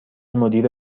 مدیر